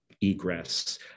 egress